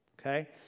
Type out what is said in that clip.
Okay